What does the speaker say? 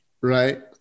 right